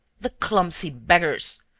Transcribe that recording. the clumsy beggars!